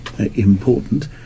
important